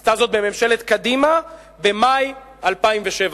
היא עשתה זאת בממשלת קדימה במאי 2007,